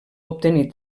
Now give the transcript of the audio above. obtenir